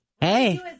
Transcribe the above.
Hey